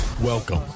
Welcome